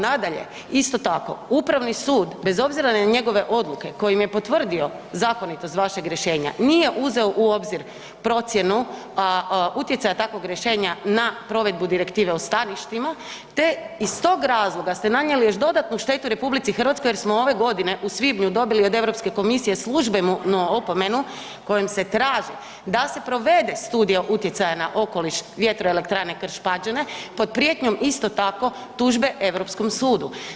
Nadalje, isto tako Upravni sud bez obzira na njegove odluke kojim je potvrdio zakonitost vašeg rješenja nije uzeo u obzir procjenu utjecaja takvog rješenja na provedbu direktive o …/nerazumljivo/… te iz tog razloga se nanijeli još dodatnu štetu RH jer smo ove godine u svibnju dobili od Europske komisije službenu opomenu kojom se traži da se provede studija utjecaja na okoliš vjetroelektrane Krš Pađene pod prijetnjom isto tako tužbe Europskom sudu.